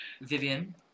Vivian